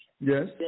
Yes